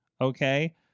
Okay